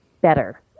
better